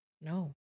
No